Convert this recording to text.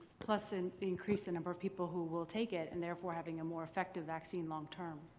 plus and increase the number of people who will take it and therefore having a more effective vaccine long-term.